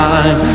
Time